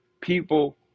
people